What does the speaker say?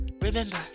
Remember